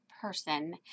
person